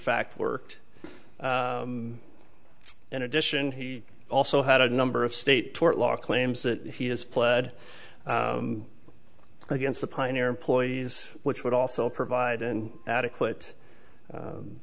fact worked in addition he also had a number of state tort law claims that he has pled against the pioneer employees which would also provide an adequate